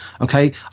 Okay